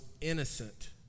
innocent